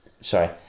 Sorry